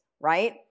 right